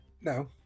No